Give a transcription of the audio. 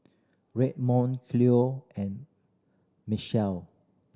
Redmond Cleo and Machelle